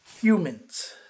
Humans